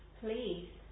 Please